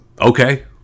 okay